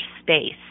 space